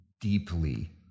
deeply